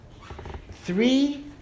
three